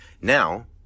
Now